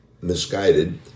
misguided